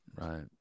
Right